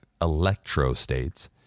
electrostates